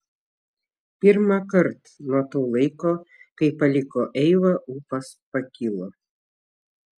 pirmąkart nuo to laiko kai paliko eivą ūpas pakilo